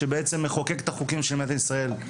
שמחוקק את החוקים של מדינת ישראל.